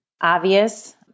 obvious